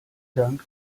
dank